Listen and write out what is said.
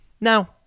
Now